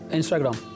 Instagram